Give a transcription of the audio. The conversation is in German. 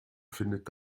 findet